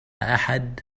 أحد